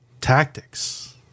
tactics